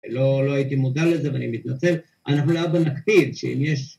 ‫לא הייתי מודע לזה ואני מתנצל. ‫אנחנו להבא נקפיד שאם יש...